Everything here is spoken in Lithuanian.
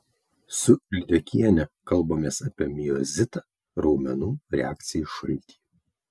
su lydekiene kalbamės apie miozitą raumenų reakciją į šaltį